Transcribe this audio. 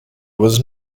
was